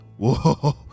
Whoa